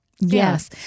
Yes